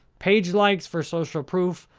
page likes for social proof.